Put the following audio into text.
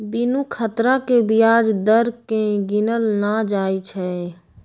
बिनु खतरा के ब्याज दर केँ गिनल न जाइ छइ